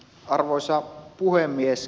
arvoisa puhemies